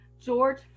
George